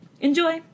Enjoy